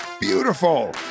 beautiful